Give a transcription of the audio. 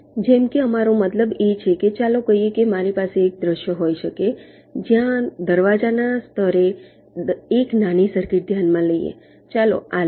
જેમ કે અમારો મતલબ એ છે કે ચાલો કહીએ કે મારી પાસે એક દૃશ્ય હોઈ શકે છે જ્યાં દરવાજાના સ્તરે એક નાની સર્કિટ ધ્યાનમાં લઈએ ચાલો આ લઈએ